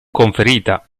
conferita